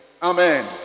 Amen